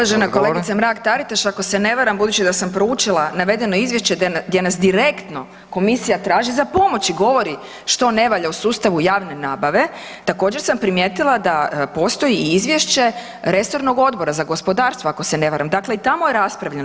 Uvažena kolegice Mrak TAaritaš ako se ne varam budući da sam proučila navedeno izvješće gdje nas direktno komisija traži za pomoć i govori što ne valja u sustavu javne nabave, također sam primijetila da postoji i izvješće resornog Odbor za gospodarstvo ako se ne varam, dakle i tamo je raspravljeno.